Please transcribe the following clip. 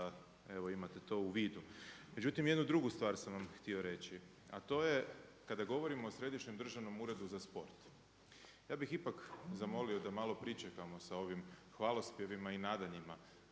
evo imate to u vidu. Međutim, jednu drugu stvar sam vam htio reći a to je kada govorimo o Središnjem državnom uredu za sport. Ja bih ipak zamolio da mal pričekamo sa ovim hvalospjevima i nadanjima